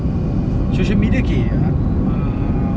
social media K ak~ uh